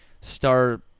star